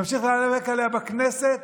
נמשיך להיאבק עליה בכנסת,